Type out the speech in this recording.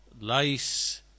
lice